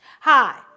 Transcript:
Hi